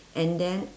and then